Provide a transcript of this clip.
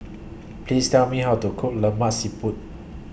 Please Tell Me How to Cook Lemak Siput